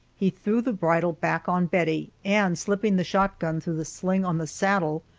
he threw the bridle back on bettie, and slipping the shotgun through the sling on the saddle,